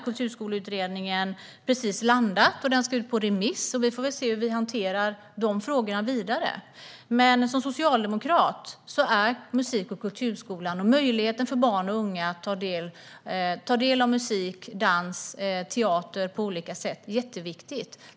Kulturskoleutredningen har precis landat. Den ska ut på remiss. Vi får väl se hur vi hanterar frågorna vidare. Men jag som socialdemokrat tycker att det är jätteviktigt med musik och kulturskolan och möjligheten för barn och unga att ta del av musik, dans och teater på olika sätt.